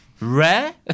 rare